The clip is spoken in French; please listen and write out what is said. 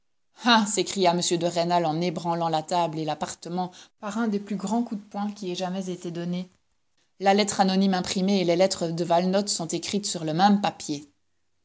ah s'écria m de rênal en ébranlant la table et l'appartement par un des plus grands coups de poing qui aient jamais été donnés la lettre anonyme imprimée et les lettres du valenod sont écrites sur le même papier